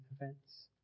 events